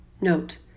Note